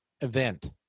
event